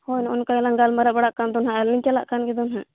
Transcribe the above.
ᱦᱳᱭ ᱱᱚᱜᱼᱚᱭ ᱱᱚᱝᱠᱟ ᱜᱮᱞᱟᱝ ᱜᱟᱞᱢᱟᱨᱟᱣ ᱵᱟᱲᱟ ᱠᱟᱱ ᱫᱚ ᱱᱟᱦᱟᱜ ᱟᱨᱞᱤᱧ ᱪᱟᱞᱟ ᱠᱟᱱ ᱜᱮᱫᱚ ᱦᱟᱸᱜ